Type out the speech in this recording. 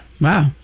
Wow